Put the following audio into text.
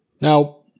Now